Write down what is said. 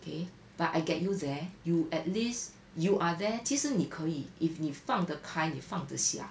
okay but I get you there you at least you are there 其实你可以 if 你放得开你放得下